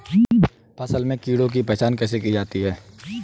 फसल में कीड़ों की पहचान कैसे की जाती है?